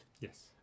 Yes